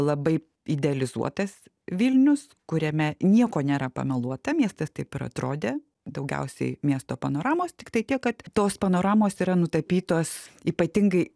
labai idealizuotas vilnius kuriame nieko nėra pameluota miestas taip ir atrodė daugiausiai miesto panoramos tiktai tiek kad tos panoramos yra nutapytos ypatingai